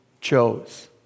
chose